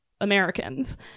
Americans